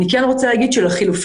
אני כן רוצה להגיד שלחילופין,